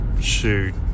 shoot